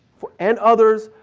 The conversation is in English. and others,